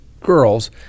girls